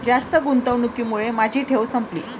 जास्त गुंतवणुकीमुळे माझी ठेव संपली